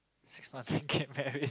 six months then get married